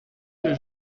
que